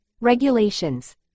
regulations